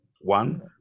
One